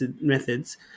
methods